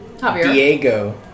Diego